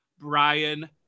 Brian